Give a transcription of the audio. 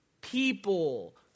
people